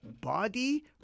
Body